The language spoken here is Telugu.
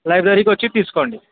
లైబ్రరీకొచ్చి తీసుకోండి